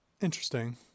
Interesting